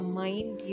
mind